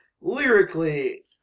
Lyrically